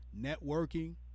networking